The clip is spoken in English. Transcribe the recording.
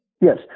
Yes